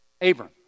Abram